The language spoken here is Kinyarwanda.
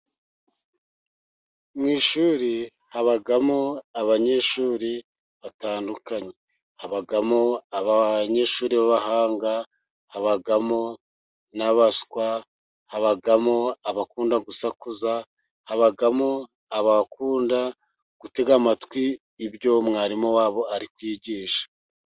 Mu ishuri habamo abanyeshuri batandukanye. Habamo abanyeshuri b'abahanga, habamo n'abaswa. Habamo abakunda gusakuza, habamo abakunda gutega amatwi, ibyo mwarimu wabo ari kwigisha.